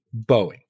Boeing